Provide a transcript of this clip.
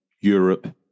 Europe